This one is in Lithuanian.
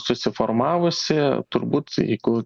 susiformavusi turbūt jeigu